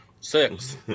six